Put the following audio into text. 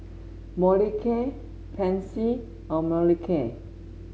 Molicare Pansy or Molicare